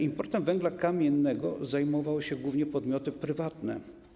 Importem węgla kamiennego zajmowały się głównie podmioty prywatne.